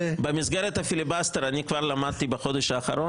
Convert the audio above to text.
במסגרת הפיליבסטר אני כבר למדתי בחודש האחרון,